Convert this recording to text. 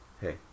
Hey